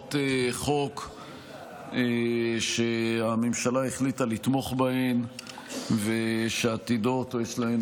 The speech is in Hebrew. הצעות חוק שהממשלה החליטה לתמוך בהן ושעתידות או יש להן,